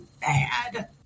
bad